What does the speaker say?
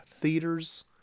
theaters